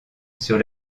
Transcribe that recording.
sur